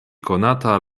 konata